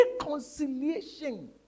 reconciliation